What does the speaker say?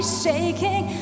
shaking